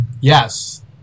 Yes